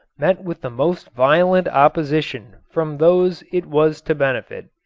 met with the most violent opposition from those it was to benefit.